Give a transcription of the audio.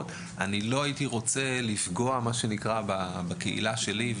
לא הייתי רוצה לפגוע בקהילה שלי,